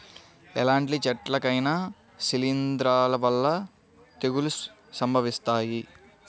ఎలాంటి చెట్లకైనా శిలీంధ్రాల వల్ల తెగుళ్ళు సంభవిస్తాయి